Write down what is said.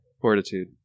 Fortitude